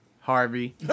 Harvey